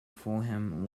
fulham